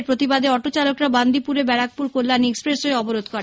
এর প্রতিবাদে অটো চালকরা বন্দিপুরে ব্যারাকপুর কল্যাণী এক্সপ্রেসওয়ে অবরোধ করে